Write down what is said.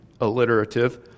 alliterative